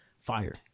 Fire